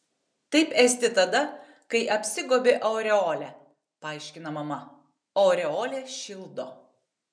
taip esti tada kai apsigobi aureole paaiškina mama aureolė šildo